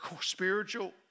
spiritual